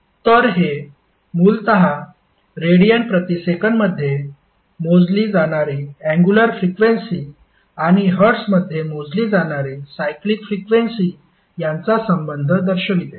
तर हे मूलतः रेडिअन प्रति सेकंद मध्ये मोजली जाणारीअँगुलर फ्रिक्वेन्सी आणि हर्ट्ज मध्ये मोजली जाणारी सायक्लिक फ्रिक्वेन्सी यांचा संबंध दर्शविते